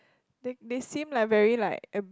they they seem like very like err